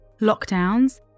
Lockdowns